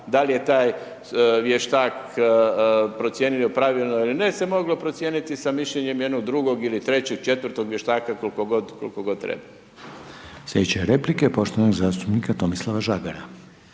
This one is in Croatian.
da li je taj vještak procijenio pravilno ili ne se moglo procijeniti sa mišljenjem jednog drugog ili trećeg, četvrtog vještaka, koliko god treba. **Reiner, Željko (HDZ)** Sljedeća replika poštovanog zastupnika Tomislava Žagara.